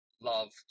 love